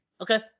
Okay